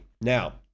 Now